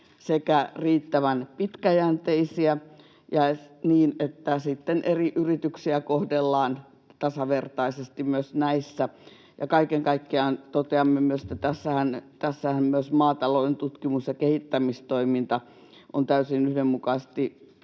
sekä riittävän pitkäjänteisiä ja niin, että sitten eri yrityksiä kohdellaan tasavertaisesti myös näissä. Kaiken kaikkiaan toteamme myös, että tässähän myös maatalouden tutkimus- ja kehittämistoiminta on täysin yhdenmukaisesti muun